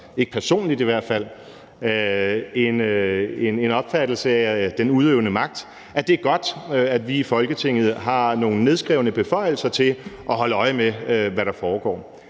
ikke personligt i hvert fald, en opfattelse af den udøvende magt, hvor det er godt, at vi i Folketinget har nogle nedskrevne beføjelser til at holde øje med, hvad der foregår.